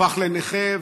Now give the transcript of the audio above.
הפך לנכה,